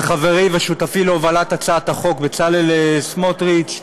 חברי ושותפי להובלת הצעת החוק בצלאל סמוטריץ.